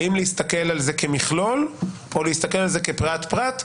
האם להסתכל על זה כמכלול או להסתכל על זה כפרט-פרט?